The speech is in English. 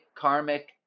karmic